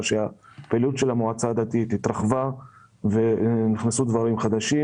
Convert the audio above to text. שהפעילות של המועצה הדתית התרחבה ונכנסו דברים חדשים.